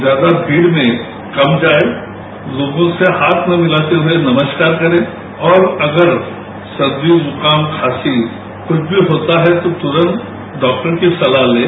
ज्यादा भीड़ में कम जाए लोगों से हाथ न मिलाते हुए नमस्कार करें और अगर सर्दी जुकाम खांसी कुछ भी होता है तो तुरंत डाक्टर की सलाह लें